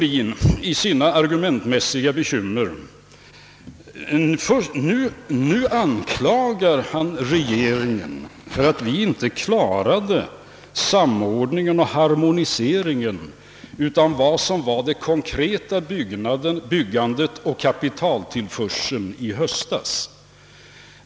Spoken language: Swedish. I sin argumentnöd anklagar herr Ohlin nu regeringen för att den i höstas inte klarade samordningen och harmoniseringen av det konkreta byggnadsbehovet och kapitaltillgången.